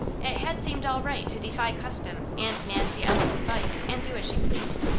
it had seemed all right to defy custom and nancy ellen's advice, and do as she pleased.